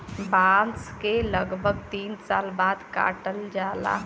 बांस के लगभग तीन साल बाद काटल जाला